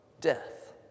death